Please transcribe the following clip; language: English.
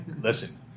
Listen